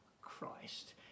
Christ